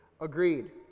Agreed